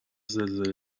زلزله